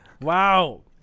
Wow